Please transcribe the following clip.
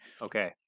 Okay